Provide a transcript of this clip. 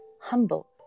humble